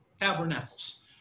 tabernacles